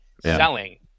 selling